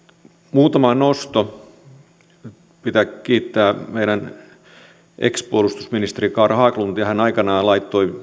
muutama nosto pitää kiittää meidän ex puolustusministeri carl haglundia hän aikanaan laittoi